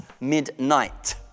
midnight